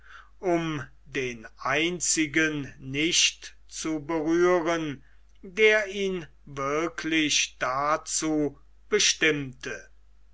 um den einzigen nicht zu berühren der ihn wirklich dazu bestimmte